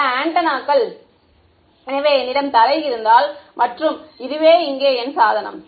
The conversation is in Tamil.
பல ஆண்டெனாக்கள் எனவே என்னிடம் தரை இருந்தால் மற்றும் இதுவே இங்கே என் சாதனம்